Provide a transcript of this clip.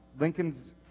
Lincoln's